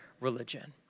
religion